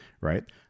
right